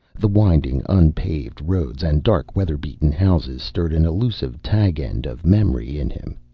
the winding, unpaved roads and dark, weatherbeaten houses stirred an elusive tag-end of memory in him.